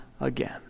again